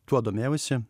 tuo domėjausi